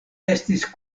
estis